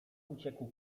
uciekł